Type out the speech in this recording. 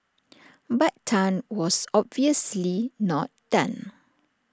but Tan was obviously not done